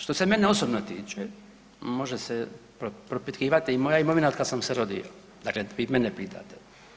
Što se mene osobno tiče, može se propitkivati i moja imovina otkad sam se rodio, znači, vi mene pitate.